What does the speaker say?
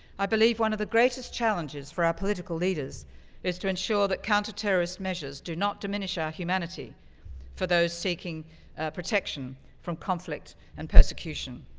i believe one of the greatest challenges for our political leaders is to ensure that counterterrorist measures do not diminish our ah humanity for those seeking protection from conflict and persecution.